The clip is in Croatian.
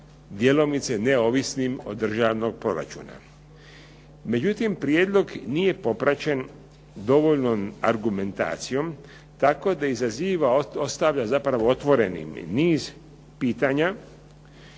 djelomice neovisnim od državnog proračuna. Međutim, prijedlog nije popraćen dovoljnom argumentacijom tako da izaziva, ostavlja zapravo otvorenim niz pitanja